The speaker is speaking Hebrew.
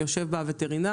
יושב בה הווטרינר,